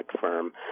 firm